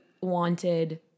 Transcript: wanted